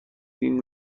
این